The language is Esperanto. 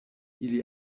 ili